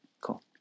Cool